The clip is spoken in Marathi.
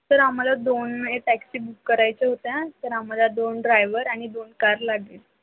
सर आम्हाला दोन ए टॅक्सी बुक करायच्या होत्या तर आम्हाला दोन ड्रायवर आणि दोन कार लागेल